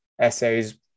essays